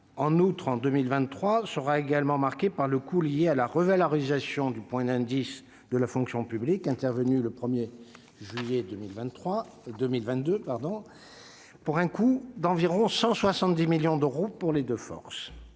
En outre, l'année 2023 sera également marquée par le coût lié à la revalorisation du point d'indice de la fonction publique intervenue au 1 juillet 2022, pour un coût d'environ 170 millions d'euros pour les deux forces.